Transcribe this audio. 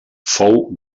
fou